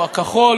או הכחול,